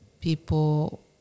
people